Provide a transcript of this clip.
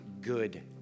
good